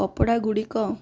କପଡ଼ା ଗୁଡ଼ିକ